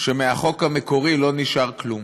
שמהחוק המקורי לא נשאר כלום,